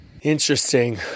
Interesting